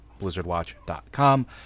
blizzardwatch.com